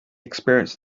experienced